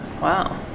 Wow